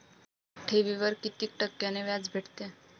ठेवीवर कितीक टक्क्यान व्याज भेटते?